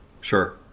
Sure